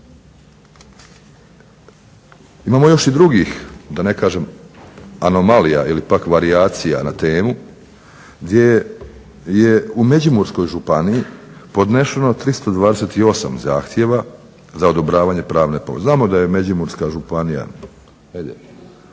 Imamo još i drugih da ne kažem anomalija ili pak varijacija na temu gdje je u Međimurskoj županiji podnešeno 328 zahtjeva za odobravanje pravne pomoći. Znamo da je Međimurska županija,